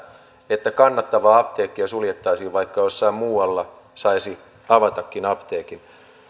että kannattavaa apteekkia suljettaisiin vaikka jossain muualla saisi avatakin apteekin